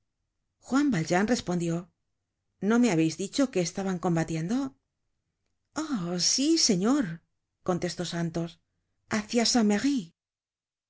juan valjean respondió no me habeis dicho que estaban combatiendo ah si señor contestó santos hácia san